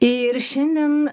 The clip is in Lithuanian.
ir šiandien